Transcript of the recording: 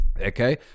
okay